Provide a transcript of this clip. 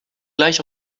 gleich